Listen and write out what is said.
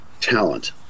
talent